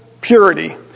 purity